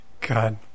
God